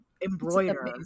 embroider